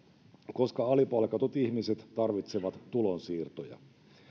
koska alipalkatut ihmiset tarvitsevat tulonsiirtoja